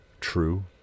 true